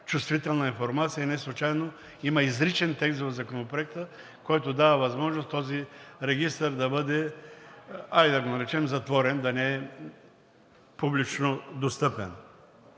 чувствителна информация. Неслучайно има изричен текст в Законопроекта, който дава възможност този регистър да бъде – хайде да го наречем „затворен“, да не е публично достъпен.